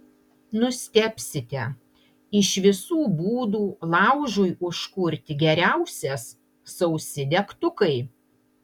nustebsite iš visų būdų laužui užkurti geriausias sausi degtukai